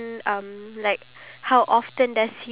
and so I just plan to do that